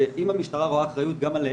שאם המשטרה רואה אחריות גם עליהם,